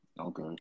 Okay